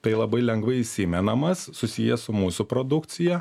tai labai lengvai įsimenamas susijęs su mūsų produkcija